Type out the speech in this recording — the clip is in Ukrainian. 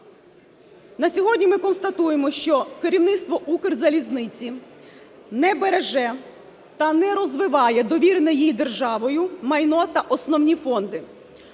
На сьогодні ми констатуємо, що керівництво Укрзалізниці не береже та не розвиває довірене їй державою майно та основні фонди.